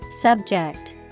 Subject